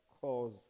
cause